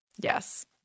Yes